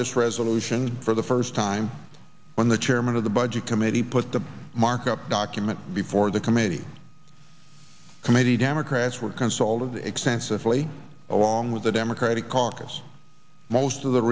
this resolution for the first time when the chairman of the budget committee put the markup document before the committee committee democrats were consulted extensively along with the democratic caucus most of the